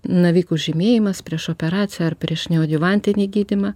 navikų žymėjimas prieš operaciją ar prieš neoadjuvantinį gydymą